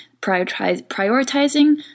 Prioritizing